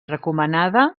recomanada